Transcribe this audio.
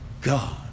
God